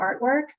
artwork